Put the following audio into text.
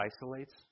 isolates